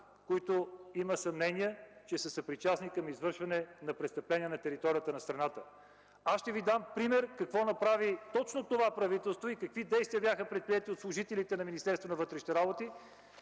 които има съмнения, че са съпричастни към извършване на престъпления на територията на страната. Аз ще Ви дам пример какво направи точно това правителство и какви действия бяха предприети от служителите на